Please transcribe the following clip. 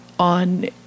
on